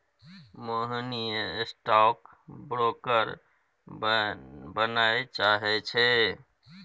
मोहिनी stock broker बनय चाहै छै